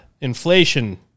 inflation